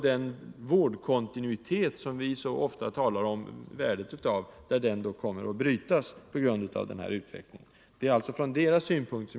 Den vårdkontinuitet, vars värde vi så ofta talar om, kommer att brytas på grund av denna utveckling.